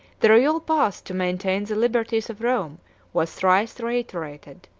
the royal path to maintain the liberties of rome was thrice reiterated,